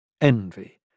Envy